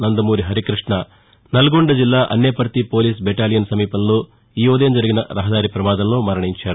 నందమూరి హరికృష్ణ నల్గొండ జిల్లా Anneparthi police battalion సమీపంలో ఈఉదయం జరిగిన రహదారి పమాదంలో మరణించారు